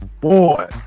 boy